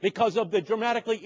because of the dramatically